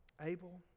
Abel